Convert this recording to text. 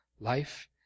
Life